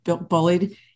bullied